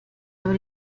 aber